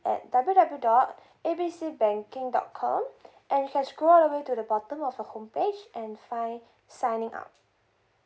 at W W dot A B C banking dot com and you can scroll all the way to the bottom of your home page and find signing up